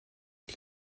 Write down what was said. die